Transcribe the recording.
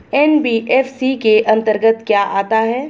NBFC के अंतर्गत क्या आता है?